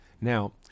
Now